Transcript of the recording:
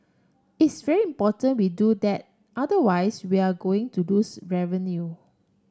it's very important we do that otherwise we are going to lose revenue